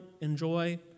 enjoy